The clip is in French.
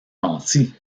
menti